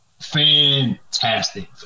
fantastic